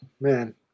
man